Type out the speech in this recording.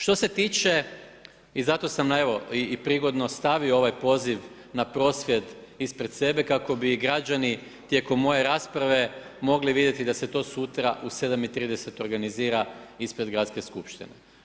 Što se tiče i zato sam evo i prigodno stavio ovaj poziv na prosvjed ispred sebe kako bi građani tijekom moje rasprave mogli vidjeti da se to sutra u 7.30 organizira ispred Gradske skupštine.